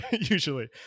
usually